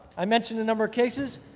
i mentioned the number of cases.